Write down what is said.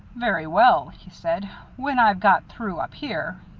very well, he said when i've got through up here,